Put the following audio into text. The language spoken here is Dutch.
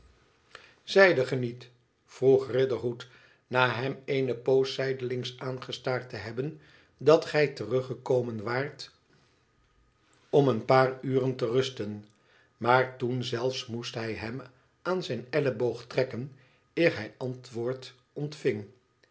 zeidet gij niet vroeg riderhood na hem eene poos zijdelings aangestaard te hebben dat gij teruggekomen waart om een paar uren te rusten maar toen zelfs moest hij hem aan zijn elleboog trekken eer hij antwoord ontving